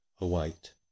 await